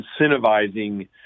incentivizing